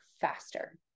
faster